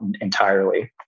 entirely